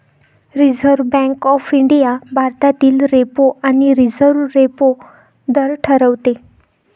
reserve Bank of India भारतातील repo आणि reverse repo दर ठरवते